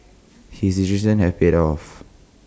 his decision has paid off